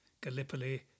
Gallipoli